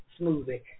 smoothie